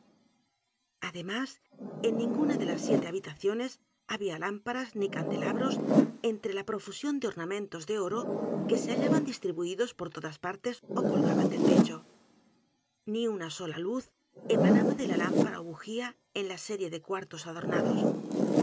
además en ninguna d e las siete habitaciones había lámparas ni candelabros entre la profusión de ornamentos de oro que se hallaban distribuidos por todas partes ó colgaban del techo ni una sola luz emanaba de lámpara ó bujía en la serie de cuartos adornados